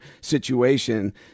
situation